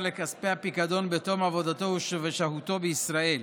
לכספי הפיקדון בתום עבודתו ושהותו בישראל.